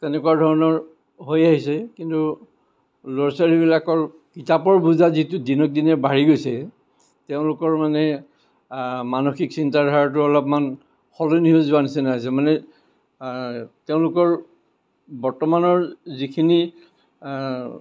তেনেকুৱা ধৰণৰ হৈ আহিছে কিন্তু ল'ৰা ছোৱালীবিলাকৰ কিতাপৰ বোজা যিটো দিনক দিনে বাঢ়ি গৈছে তেওঁলোকৰ মানে মানসিক চিন্তা ধাৰাটো অলপমান সলনি হৈ যোৱাৰ নিচিনা হৈছে মানে তেওঁলোকৰ বৰ্তমানৰ যিখিনি